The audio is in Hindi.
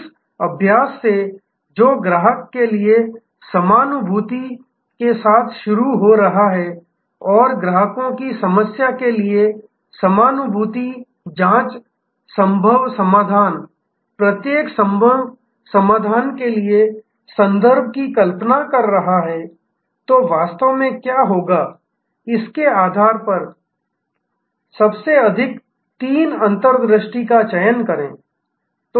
इस अभ्यास से जो ग्राहक के लिए समानुभूति के साथ शुरू हो रहा है और ग्राहकों की समस्या के लिए समानुभूति जांच संभव समाधान प्रत्येक संभव समाधान के लिए संदर्भ की कल्पना कर रहा है तो वास्तव में क्या होगा इसके आधार पर सबसे अधिक तीन अंतर्दृष्टि का चयन करें